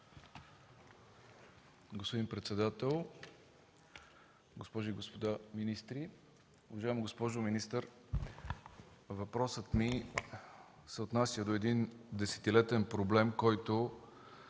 Господин председател, госпожи и господа министри! Уважаема госпожо министър, въпросът ми се отнася до един десетилетен проблем, който